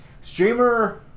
Streamer